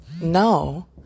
no